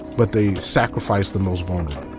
but they sacrificed the most vulnerable.